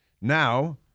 now